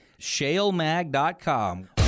shalemag.com